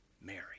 Mary